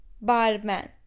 barman